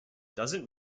doesn’t